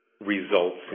results